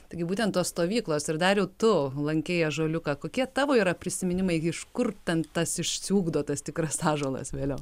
taigi būtent tos stovyklos ir dariau tu lankei ąžuoliuką kokie tavo yra prisiminimai iš kur ten tas išsiugdo tas tikras ąžuolas vėliau